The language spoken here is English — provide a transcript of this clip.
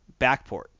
Backport